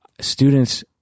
students